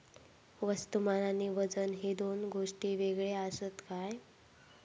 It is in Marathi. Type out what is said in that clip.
वस्तुमान आणि वजन हे दोन गोष्टी वेगळे आसत काय?